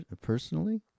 Personally